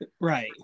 Right